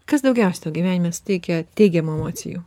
kas daugiausiai tau gyvenime suteikia teigiamų emocijų